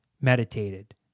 meditated